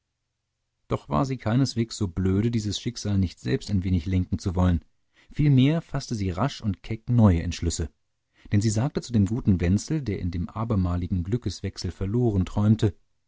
doch war sie keineswegs so blöde dieses schicksal nicht selbst ein wenig lenken zu wollen vielmehr faßte sie rasch und keck neue entschlüsse denn sie sagte zu dem guten wenzel der in dem abermaligen glückswechsel verloren träumte